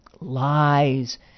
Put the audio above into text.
lies